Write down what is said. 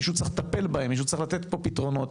מישהו צריך לטפל בהם ולתת פה פתרונות.